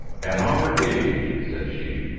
at our age! said she.